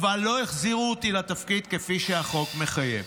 "אבל לא החזירו אותי לתפקיד כפי שהחוק מחייב,